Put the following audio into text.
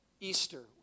Easter